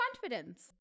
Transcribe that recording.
confidence